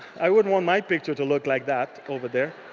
i wouldn't want my picture to look like that, over there.